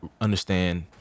understand